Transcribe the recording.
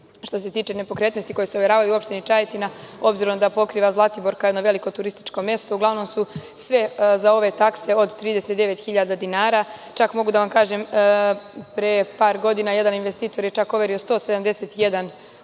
Što se tiče nepokretnosti koje su overavaju u opštini Čajetina, obzirom da pokriva Zlatibor kao jedno veliko turističko mesto, uglavnom su sve za ove takse od 39.000 dinara. Čak, mogu da vam kažem pre par godina jedan investitor je čak overio 171 ugovor